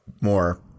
more